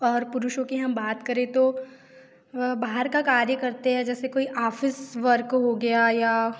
और पुरुषों की हम बात करें तो वह बाहर का कार्य करते हैं जैसे कोई आफिस वर्क हो गया या